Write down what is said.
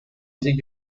using